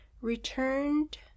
returned